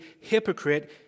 hypocrite